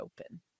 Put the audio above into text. open